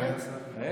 רגע, שנייה,